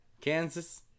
Kansas